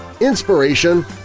inspiration